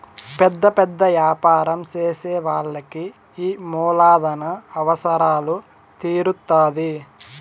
పెద్ద పెద్ద యాపారం చేసే వాళ్ళకి ఈ మూలధన అవసరాలు తీరుత్తాధి